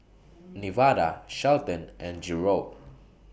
Nevada Shelton and Jerod